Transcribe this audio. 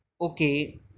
okay